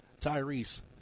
Tyrese